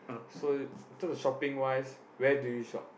so in terms of shopping wise where do you shop